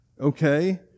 okay